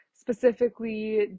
specifically